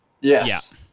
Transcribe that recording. Yes